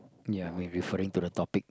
ya we referring to the topic